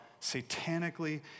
satanically